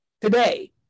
today